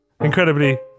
incredibly